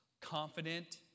confident